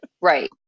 right